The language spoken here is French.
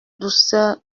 douceur